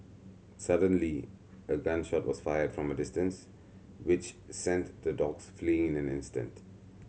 suddenly a gun shot was fired from a distance which sent the dogs fleeing in an instant